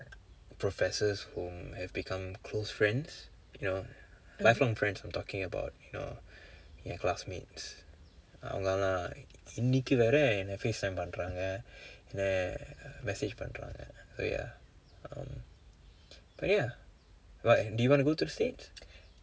professors whom have become close friends you know lifelong friends I'm talking about you know என்:en classmates அவங்க எல்லாம் இன்றைக்கு வரை என்ன:avangka ellaam inraikku varai enna FaceTime பன்றாங்க இல்ல:panrangka illa message பன்றாங்க:pandranka wait ah um but ya but do you want to go to the states